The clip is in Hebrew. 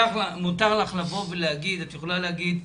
מותר לך לבוא ולהגיד.